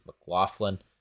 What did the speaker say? McLaughlin